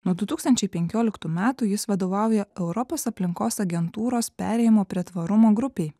nuo du tūkstančiai penkioliktų metų jis vadovauja europos aplinkos agentūros perėjimo prie tvarumo grupei